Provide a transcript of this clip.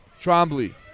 trombley